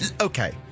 okay